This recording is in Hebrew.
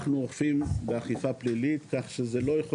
אנחנו אוכפים באכיפה פלילית כך שלא יכול